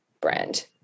brand